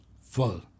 full